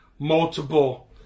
Multiple